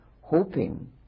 hoping